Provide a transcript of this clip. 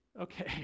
Okay